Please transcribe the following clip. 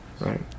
right